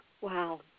Wow